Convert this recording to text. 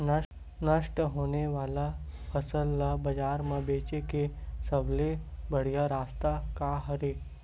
नष्ट होने वाला फसल ला बाजार मा बेचे के सबले बढ़िया रास्ता का हरे?